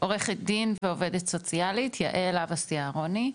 עורכת דין ועובדת סוציאלית, יעל הבסי-אהרוני,